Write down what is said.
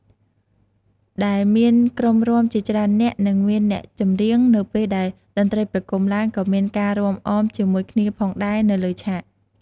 ដែលមានក្រុមរាំជាច្រើននាក់និងមានអ្នកចម្រៀង នៅពេលដែលតន្រ្តីប្រគុំឡើងក៏មានការរាំអមជាមួយគ្នាផងដែរនៅលើឆាត។